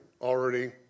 already